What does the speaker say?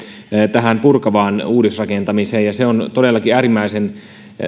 tähän purkavaan uudisrakentamiseen ja se on todellakin äärimmäisen